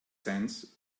sense